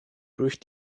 durch